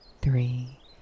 three